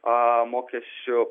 a mokesčių